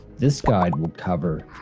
this guide will cover,